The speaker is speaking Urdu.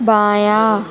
بایاں